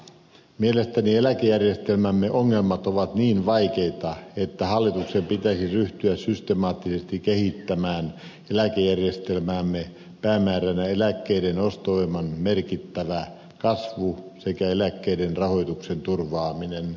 mielestäni eläkejärjestelmämme ongelmat ovat niin vaikeita että hallituksen pitäisi ryhtyä systemaattisesti kehittämään eläkejärjestelmäämme päämääränä eläkkeiden ostovoiman merkittävä kasvu sekä eläkkeiden rahoituksen turvaaminen